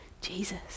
Jesus